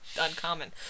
uncommon